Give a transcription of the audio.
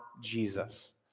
Jesus